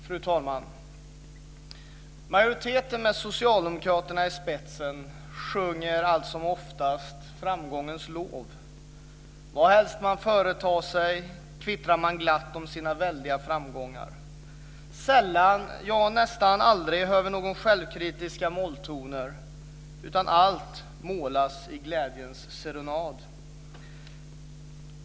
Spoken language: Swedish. Fru talman! Majoriteten, med socialdemokraterna i spetsen, sjunger alltsomoftast framgångens lov. Vad helst man företar sig kvittrar man glatt om sina väldiga framgångar. Sällan - ja, nästan aldrig - hör vi några självkritiska molltoner, utan allt besjungs i en glädjens serenad.